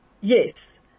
Yes